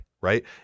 right